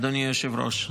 אדוני היושב-ראש.